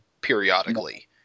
periodically